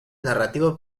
narrativa